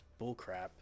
bullcrap